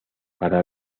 para